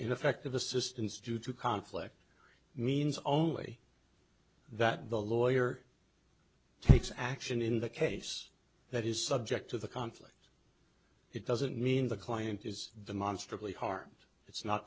ineffective assistance due to conflict means only that the lawyer takes action in the case that is subject to the conflict it doesn't mean the client is demonstrably harmed it's not